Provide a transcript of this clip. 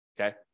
okay